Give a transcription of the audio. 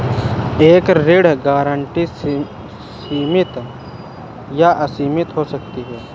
एक ऋण गारंटी सीमित या असीमित हो सकती है